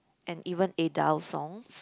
and even Adele songs